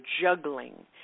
juggling